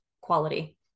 quality